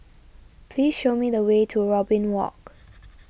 please show me the way to Robin Walk